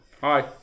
Hi